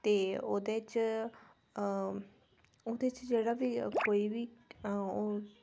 ओह्दे च जेह्ड़ा बी कोई बी